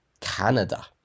Canada